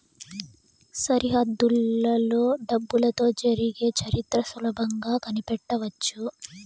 సరిహద్దులలో డబ్బులతో జరిగే చరిత్ర సులభంగా కనిపెట్టవచ్చు